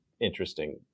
interesting